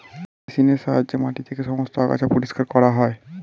মেশিনের সাহায্যে মাটি থেকে সমস্ত আগাছা পরিষ্কার করা হয়